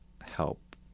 help